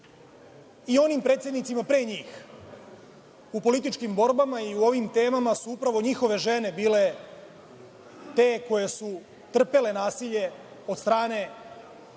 i onim predsednicima pre njih.U političkim borbama i u ovim temama su upravo njihove žene bile te koje su trpele nasilje od strane